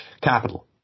Capital